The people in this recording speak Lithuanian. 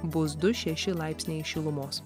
bus du šeši laipsniai šilumos